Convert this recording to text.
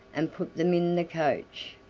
and put them in the coach,